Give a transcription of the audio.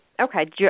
okay